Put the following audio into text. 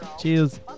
Cheers